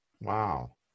Wow